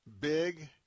big